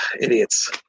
Idiots